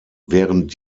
während